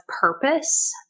purpose